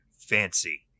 fancy